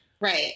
Right